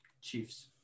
Chiefs